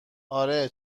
اره